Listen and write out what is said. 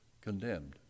condemned